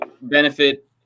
benefit